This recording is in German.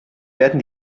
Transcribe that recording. werden